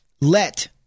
Let